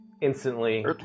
instantly